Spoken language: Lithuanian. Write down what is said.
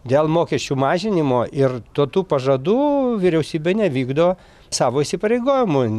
dėl mokesčių mažinimo ir duotų pažadų vyriausybė nevykdo savo įsipareigojimų